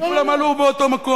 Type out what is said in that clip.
כי כולם עלו באותו מקום.